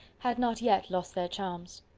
had not yet lost their charms.